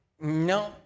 no